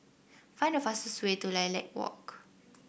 find the fastest way to Lilac Walk